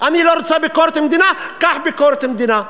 אני לא רוצה ביקורת המדינה, קח ביקורת המדינה.